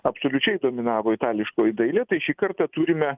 absoliučiai dominavo itališkoji dailė tai šį kartą turime